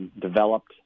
developed